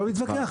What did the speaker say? לא להתווכח,